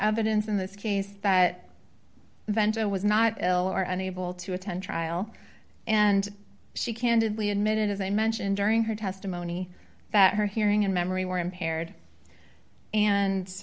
evidence in this case that vento was not ill or unable to attend trial and she candidly admitted as i mentioned during her testimony that her hearing and memory were impaired and